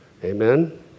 amen